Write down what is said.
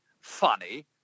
funny